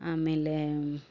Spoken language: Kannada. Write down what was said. ಆಮೇಲೆ